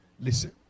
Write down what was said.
listen